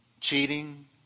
cheating